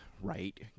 right